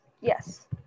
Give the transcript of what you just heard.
Yes